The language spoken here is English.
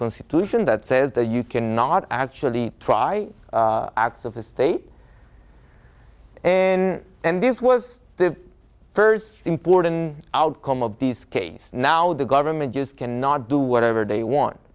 constitution that says that you cannot actually try acts of the state in and this was the first implored in outcome of this case now the government just cannot do whatever they want